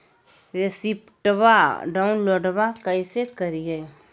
रेसिप्टबा डाउनलोडबा कैसे करिए?